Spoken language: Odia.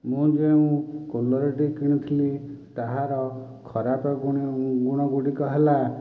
ମୁଁ ଯେଉଁ କୁଲରଟି କିଣିଥିଲି ତାହାର ଖରାପ ଗୁଣ ଗୁଣ ଗୁଡ଼ିକ ହେଲା